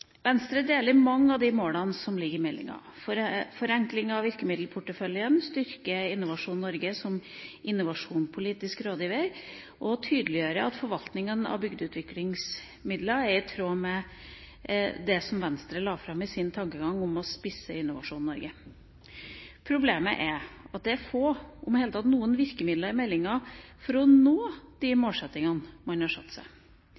Venstre mange av de målene som ligger i meldinga: forenkling av virkemiddelporteføljen, å styrke Innovasjon Norge som innovasjonspolitisk rådgiver og tydeliggjøring av at forvaltningen av bygdeutviklingsmidlene er i tråd med Venstres tankegang – det vi la fram om å spisse Innovasjon Norge. Problemet er at det er få, om i det hele tatt noen, virkemidler i meldinga for å nå de målsettingene man har satt seg.